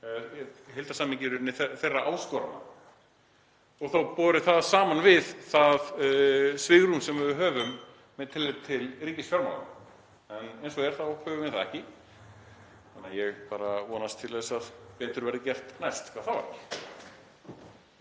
heildarsamhengi þeirra áskorana, og borið saman við það svigrúm sem við höfum með tilliti til ríkisfjármálanna. En eins og er þá höfum við það ekki þannig að ég vonast til að betur verði gert næst hvað það varðar.